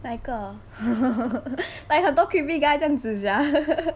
哪一个 like 很多 creepy guy 这样子 sia